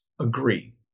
agree